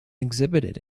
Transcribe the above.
exhibited